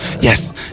yes